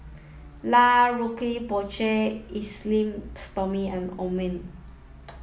La Roche Porsay Esteem Stoma and Omron